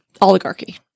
oligarchy